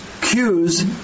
cues